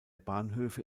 bahnhöfe